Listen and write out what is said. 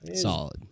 Solid